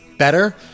Better